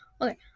Okay